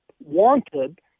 wanted